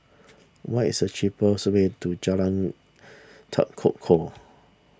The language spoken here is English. what is the cheapest way to Jalan Tekukor